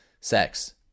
sex